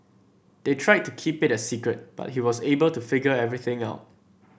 they tried to keep it a secret but he was able to figure everything out